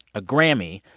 a grammy,